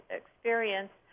experience